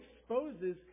exposes